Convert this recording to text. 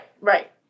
Right